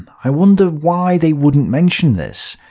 i wonder why they wouldn't mention this?